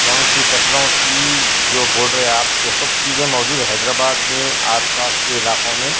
کون سی پھسلوں کی جو بول رہے آپ وہ سب چیزیں موجود حیدرآباد میں آس پاس کے علاقوں میں